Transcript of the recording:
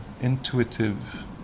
intuitive